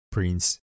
Prince